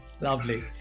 lovely